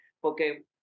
porque